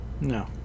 No